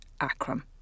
Akram